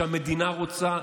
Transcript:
כשהמדינה רוצה,